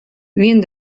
wiene